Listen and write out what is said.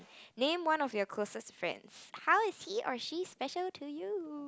name one of your closest friends how is he or she special to you